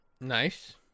Nice